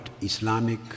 Islamic